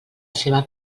ceba